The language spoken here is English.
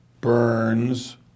Burns